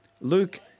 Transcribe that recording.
Luke